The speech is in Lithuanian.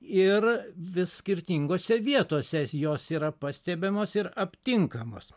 ir vis skirtingose vietose jos yra pastebimos ir aptinkamos